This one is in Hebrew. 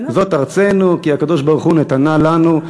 זאת ארצנו, כי הקדוש-ברוך-הוא נתנה לנו.